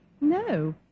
No